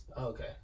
okay